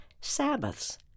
Sabbaths